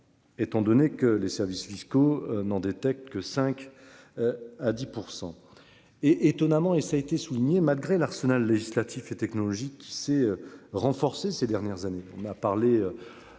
Étant donné que les services fiscaux n'en détecte que 5. À 10% et étonnamment et ça a été souligné malgré l'arsenal législatif et technologiques qui s'est renforcé ces dernières années, on a parlé.